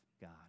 God